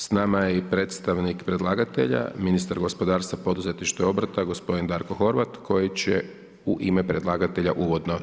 S nama je i predstavnik predlagatelja ministar gospodarstva, poduzetništva i obrta gospodin Darko Horvat koji će u ime predlagatelja uvodno.